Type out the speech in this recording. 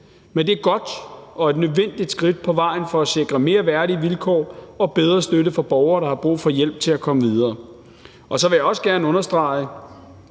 men det er et godt og nødvendigt skridt på vejen for at sikre mere værdige vilkår og bedre støtte til borgere, der har brug for hjælp til at komme videre. Så vil jeg også gerne understrege,